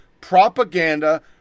propaganda